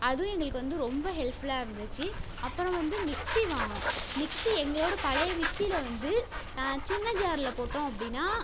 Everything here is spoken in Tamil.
அதும் எங்களுக்கு வந்து ரொம்ப ஹெல்ப்ஃபுல்லாருந்துச்சு அப்புறம் வந்து மிக்ஸி வாங்கினோம் மிக்ஸி எங்களோடய பழைய மிக்ஸியில் வந்து சின்ன ஜாரில் போட்டோம் அப்படின்னால்